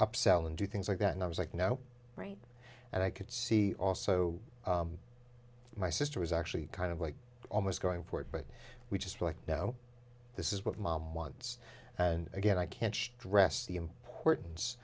up sell and do things like that and i was like now right and i could see also my sister was actually kind of like almost going for it but we just like you know this is what mom wants and again i can't stress the importance